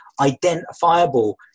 identifiable